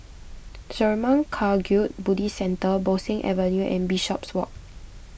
Zurmang Kagyud Buddhist Centre Bo Seng Avenue and Bishopswalk